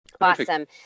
Awesome